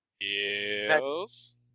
Yes